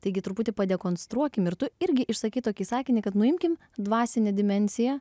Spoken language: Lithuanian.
taigi truputį pademonstruokim ir tu irgi išsakei tokį sakinį kad nuimkim dvasinę dimensiją